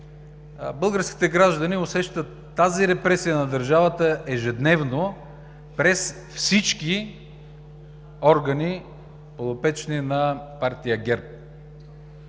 българските граждани усещат тази репресия на държавата ежедневно през всички органи, подопечни на Партия ГЕРБ